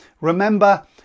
Remember